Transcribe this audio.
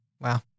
Wow